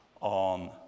on